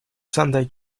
sunday